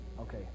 Okay